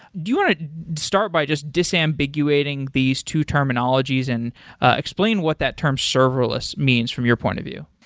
do you want to start by just disambiguating these two terminologies and explain what that term serverless means from your point of view?